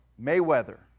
Mayweather